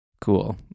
cool